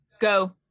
Go